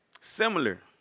similar